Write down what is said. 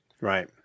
Right